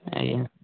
ଆଜ୍ଞା